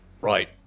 Right